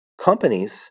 companies